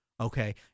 okay